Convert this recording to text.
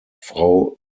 frau